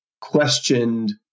questioned